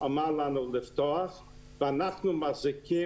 אנחנו מייצרים